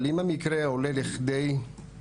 צריך לבחון כל מקרה לגופו.